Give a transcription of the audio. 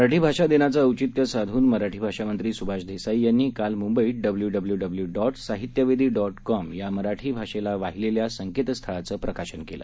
मराठी भाषा दिनाचं औचित्य साधून मराठी भाषा मंत्री सुभाष देसाई यांनी काल मुंबईत डब्ल्यूडब्ल्यूडब्ल्यू डॉट साहित्यवेदी डॉट कॉम या मराठी भाषेला वाहिलेल्या संकेतस्थळाचं प्रकाशन केलं